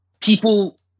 people